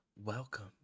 Welcome